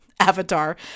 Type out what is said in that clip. avatar